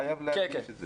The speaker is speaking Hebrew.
חייבים להדגיש את זה.